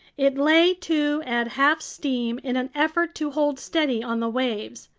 it lay to at half steam in an effort to hold steady on the waves.